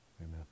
Amen